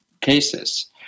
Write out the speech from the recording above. cases